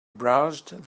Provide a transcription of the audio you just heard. browsed